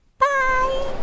Bye